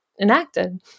enacted